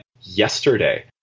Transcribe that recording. yesterday